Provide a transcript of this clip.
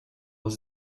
was